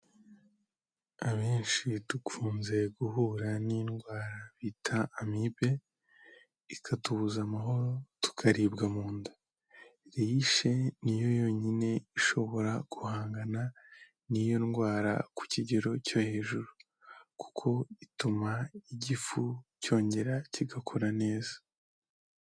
Abenshi dukunze guhura n'indwara bita Amibe, ikatubuza amahoro tukaribwa mu nda, Reishi niyo yonyine ishobora guhangana n'iyo ndwara ku kigero cyo hejuru kuko ituma igifu cyongera kigakora neza.